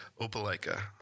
Opelika